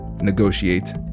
negotiate